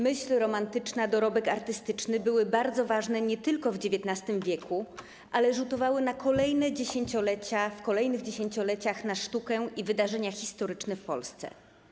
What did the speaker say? Myśl romantyczna, dorobek artystyczny były bardzo ważne nie tylko w XIX w., ale rzutowały na kolejne dziesięciolecia, w kolejnych dziesięcioleciach na sztukę i wydarzenia historyczne w Polsce.